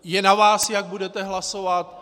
Je na vás, jak budete hlasovat.